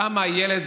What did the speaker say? למה ילד